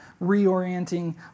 reorienting